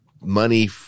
money